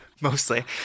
Mostly